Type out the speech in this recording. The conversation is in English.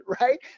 right